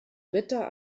ritter